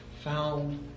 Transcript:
found